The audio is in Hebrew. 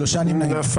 הצבעה לא אושרה נפל.